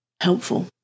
helpful